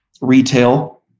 retail